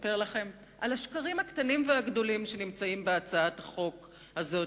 לספר לכם על השקרים הגדולים והקטנים שנמצאים בהצעת החוק הזאת,